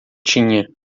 tinha